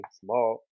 small